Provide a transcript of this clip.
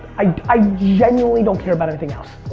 i genuinely don't care about anything else.